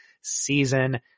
season